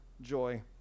joy